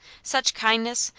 such kindness,